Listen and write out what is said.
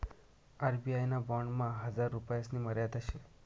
RBI ना बॉन्डमा हजार रुपयासनी मर्यादा शे